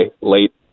late